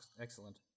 Excellent